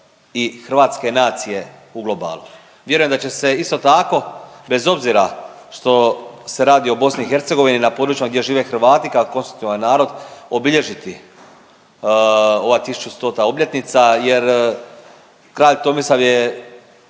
hrvatske nacije u globalu. Vjerujem da će se isto tako bez obzira što se radi o BiH na područjima gdje žive Hrvati kao konstruktivan narod obilježiti ova 1100. obljetnica, jer kralj Tomislav je